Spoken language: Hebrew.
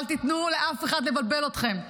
אל תיתנו לאף אחד לבלבל אתכם.